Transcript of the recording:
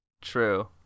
True